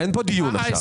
אין פה דיון עכשיו.